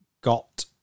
got